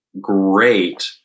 great